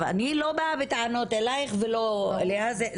אני לא באה בטענות אלייך ולא אליה,